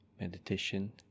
Meditation